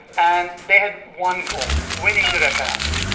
and they had one goal, winning the referendum.